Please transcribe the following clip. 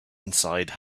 inside